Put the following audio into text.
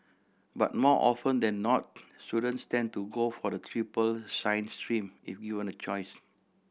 but more often than not students tend to go for the triple science stream if given a choice